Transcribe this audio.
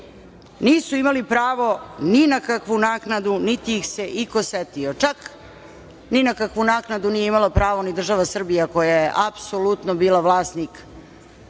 nisu imali pravo ni na kakvu naknadu niti ih se iko setio. Čak ni na kakvu naknadu nije imala pravo ni država Srbija, koja je apsolutno bila vlasnik